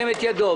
ירים את ידו.